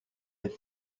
est